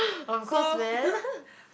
of course man